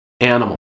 animal